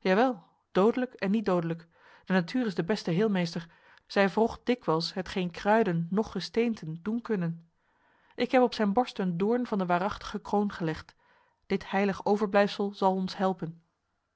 jawel dodelijk en niet dodelijk de natuur is de beste heelmeester zij wrocht dikwijls hetgeen kruiden noch gesteenten doen kunnen ik heb op zijn borst een doorn van de waarachtige kroon gelegd dit heilig overblijfsel zal ons helpen